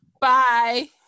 Bye